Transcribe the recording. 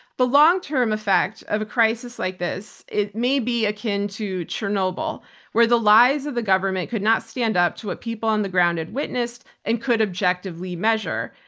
the long term effect of a crisis like this, it may be akin to chernobyl where the lies of the government could not stand up to what people on the ground had witnessed and could objectively measure.